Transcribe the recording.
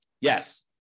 Yes